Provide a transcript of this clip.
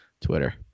Twitter